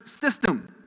system